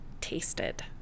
tasted